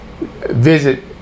visit